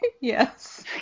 Yes